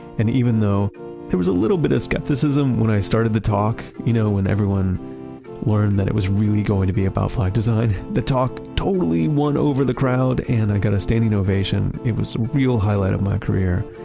and even though there was a little bit of skepticism when i started the talk, you know, when everyone learned that it was really going to be about flag design, the talk totally won over the crowd and i got a standing ovation. it was a real highlight of my career,